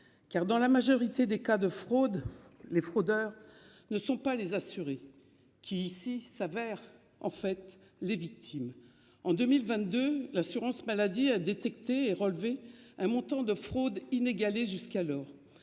Car dans la majorité des cas de fraudes. Les fraudeurs ne sont pas les assurés qui ici s'avère en fait les victimes en 2022, l'assurance maladie a détecté et relever un montant de fraudes inégalée jusqu'alors.